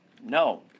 No